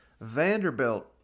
Vanderbilt